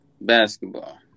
Basketball